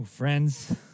Friends